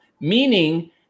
Meaning